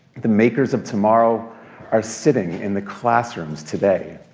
the makers of tomorrow are sitting in the classrooms today.